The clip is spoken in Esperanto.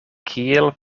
kiel